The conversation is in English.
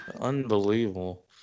Unbelievable